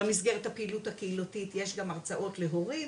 במסגרת הפעילות הקהילתית יש גם הרצאות להורים.